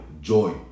Joy